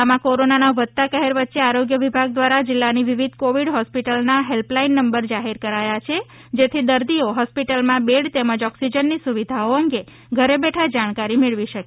જિલ્લામાં કૉરોનાના વધતા કહેર વચ્ચે આરોગ્ય વિભાગ દ્વારા જિલ્લાની વિવિધ કૉવિડ હોસ્પિટલના હેલ્પલાઈન નંબર જાહેર કરાયા છે જેથી દર્દીઓ હોસ્પિટલમાં બેડ તેમજ ઑક્સિજનની સુવિધાઓ અંગે ઘરે બેઠા જાણકારી મેળવી શકે